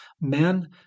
men